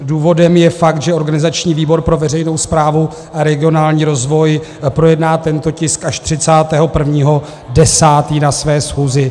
Důvodem je fakt, že organizační výbor pro veřejnou správu a regionální rozvoj projedná tento tisk až 31. 10. na své schůzi.